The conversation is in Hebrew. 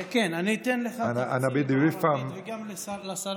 כן, אני אתן לך תמצית בעברית, וגם לשרה.